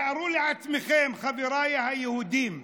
תארו לעצמכם, חבריי היהודים,